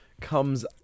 comes